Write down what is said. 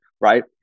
right